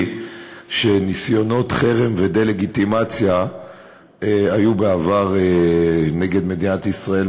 שניסיונות חרם ודה-לגיטימציה היו בעבר נגד מדינת ישראל,